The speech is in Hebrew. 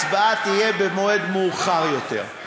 ההצבעה תהיה במועד מאוחר יותר.